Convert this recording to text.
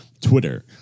Twitter